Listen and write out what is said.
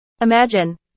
Imagine